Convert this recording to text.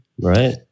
Right